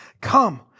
come